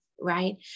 right